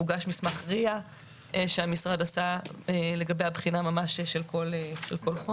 הוגש מסמך RIA שהמשרד עשה לגבי הבחינה ממש של כל חומר.